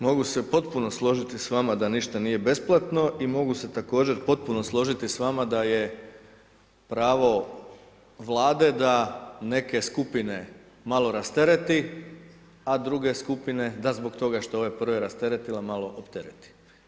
Mogu se potpuno složiti s vama da ništa nije besplatno i mogu se također potpuno složiti s vama da je pravo Vlade da neke skupine malo rastereti a druge skupine, da zbog toga što je ovaj broj rasteretila, malo optereti.